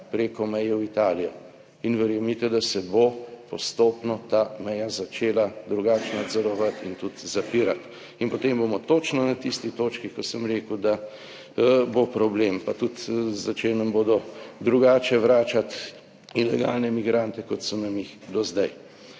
preko meje v Italijo. In verjemite, da se bo postopno ta meja začela drugače nadzorovati in tudi zapirati in potem bomo točno na tisti točki, kot sem rekel, da bo problem. Pa tudi začeli nam bodo drugače vračati ilegalne migrante kot so nam jih do zdaj.